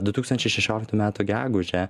du tūkstančiai šešioliktų metų gegužę